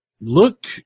look